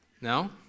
No